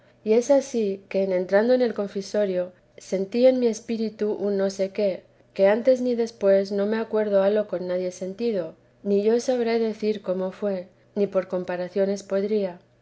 y es ansí que entrando en el confesonario sentí en mi espíritu un no sé qué que antes ni después no me acuerdo haberlo con nadie sentido ni yo sabré decir como fué ni por comparaciones podría